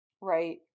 Right